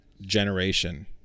generation